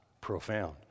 profound